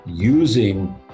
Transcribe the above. using